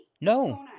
No